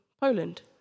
Poland